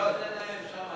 לא, תן להם שם.